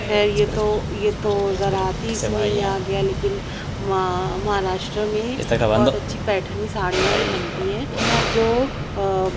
خیر یہ تو یہ تو زراعتی اس میں ہی آ گیا لیکن مہا مہاراشٹر میں ہی بہت اچھی پیٹھنی ساڑیاں بھی بنتی ہیں جو